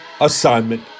assignment